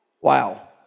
wow